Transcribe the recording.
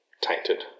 tainted